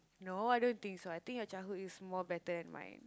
no I don't think so I think your childhood is more better than mine